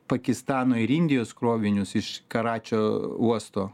pakistano ir indijos krovinius iš karačio uosto